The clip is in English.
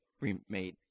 remade